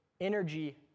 energy